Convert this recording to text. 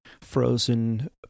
frozen